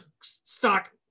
stock